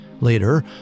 Later